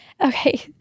Okay